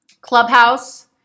Clubhouse